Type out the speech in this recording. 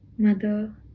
Mother